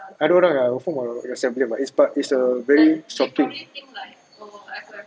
ada orang ah but confirm got self blame ah but it's a very shocking